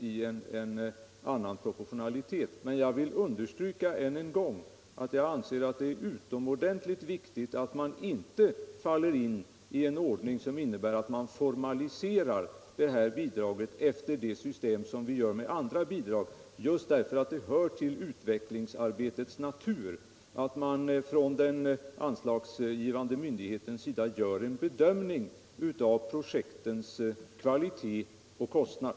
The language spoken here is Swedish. Jag vill emellertid än en gång understryka att jag anser att det är utomordentligt viktigt att man inte faller in i en ordning som innebär att man formaliserar det här bidraget efter det system som vi tillämpar för andra bidrag, just därför att det hör till utvecklingsarbetets natur att den anslagsgivande myndigheten gör en bedömning av projektens kvalitet och kostnad.